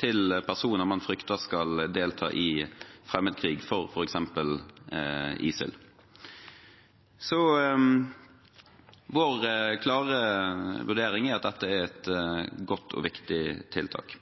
til personer man frykter skal delta i fremmedkrig for f.eks. ISIL. Vår klare vurdering er at dette er et godt og viktig tiltak.